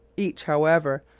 each, however,